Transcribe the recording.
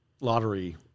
lottery